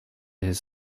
his